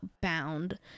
bound